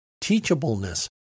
teachableness